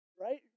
Right